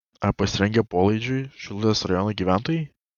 ar pasirengę polaidžiui šilutės rajono gyventojai